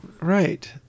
Right